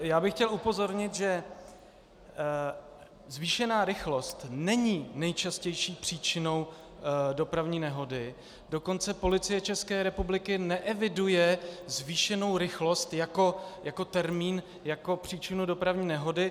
Já bych chtěl upozornit, že zvýšená rychlost není nejčastější příčinou dopravní nehody, dokonce Policie ČR neeviduje zvýšenou rychlost jako termín, jako příčinu dopravní nehody.